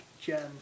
gem